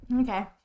okay